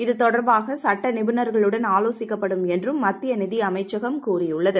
இது தொடர்பாக சட்ட நிபுணர்களுடனும் ஆலோசிக்கப்படும் என்றும் மத்திய நிதி அமைச்சகம் கூறியுள்ளது